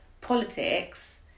politics